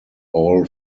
all